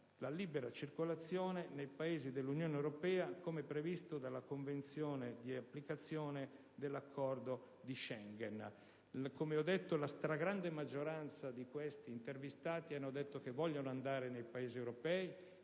la libera circolazione nei Paesi dell'Unione europea, come previsto dalla Convenzione di applicazione dell'Accordo di Schengen. Come ho detto, la stragrande maggioranza degli intervistati ha detto di voler andare nei Paesi europei,